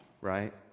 right